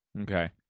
Okay